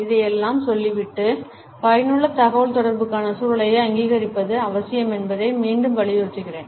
இதையெல்லாம் சொல்லிவிட்டு பயனுள்ள தகவல்தொடர்புக்கான சூழலை அங்கீகரிப்பது அவசியம் என்பதை மீண்டும் வலியுறுத்துகிறேன்